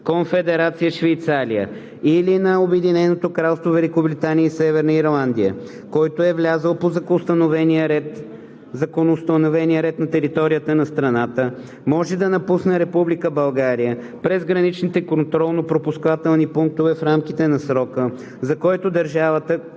Конфедерация Швейцария или на Обединеното кралство Великобритания и Северна Ирландия, който е влязъл по законоустановения ред на територията на страната, може да напусне Република България през граничните контролно-пропускателни пунктове в рамките на срока, за който държавата,